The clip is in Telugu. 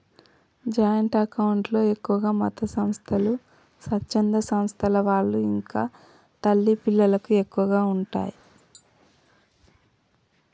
జాయింట్ అకౌంట్ లో ఎక్కువగా మతసంస్థలు, స్వచ్ఛంద సంస్థల వాళ్ళు ఇంకా తల్లి పిల్లలకు ఎక్కువగా ఉంటయ్